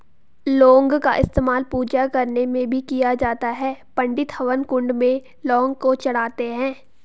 लौंग का इस्तेमाल पूजा करने में भी किया जाता है पंडित हवन कुंड में लौंग को चढ़ाते हैं